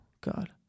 God